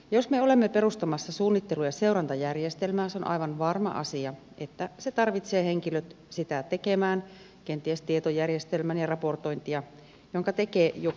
jos me olemme perustamassa suunnittelu ja seurantajärjestelmää se on aivan varma asia että se tarvitsee henkilöt sitä tekemään kenties tietojärjestelmän ja raportointia jonka tekee joku henkilö